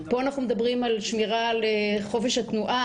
פה אנחנו מדברים על שמירה על חופש התנועה,